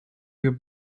your